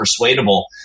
persuadable